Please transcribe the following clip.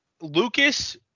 Lucas